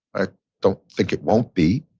i don't think it won't be.